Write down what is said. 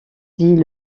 dit